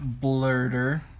Blurder